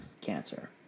Cancer